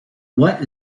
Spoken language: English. what